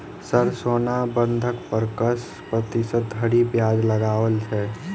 Sir सोना बंधक पर कऽ प्रतिशत धरि ब्याज लगाओल छैय?